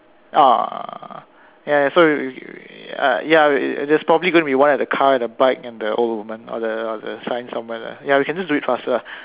ah ya so you uh ya there's probably gonna be one at the car and the bike and the old woman or the or the sign somewhere there ya we can just do it faster lah